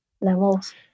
levels